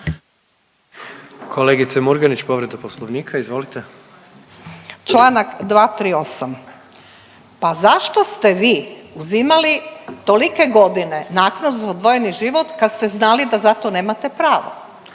Kolegice Murganić povreda Poslovnika, izvolite. **Murganić, Nada (HDZ)** Članak 238. Pa zašto ste vi uzimali tolike naknadu za odvojeni život kad ste znali da za to nemate pravo?